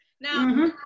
Now